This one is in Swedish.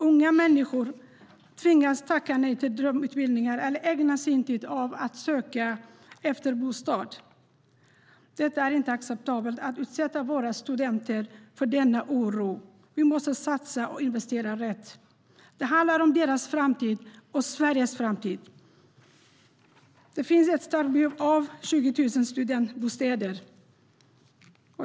Unga människor tvingas tacka nej till drömutbildningar eller ägna sin tid åt att söka efter bostad. Det är inte acceptabelt att utsätta våra studenter för denna oro. Vi måste satsa och investera rätt. Det handlar om deras framtid och Sveriges framtid. Det finns ett starkt behov av 20 000 studentbostäder.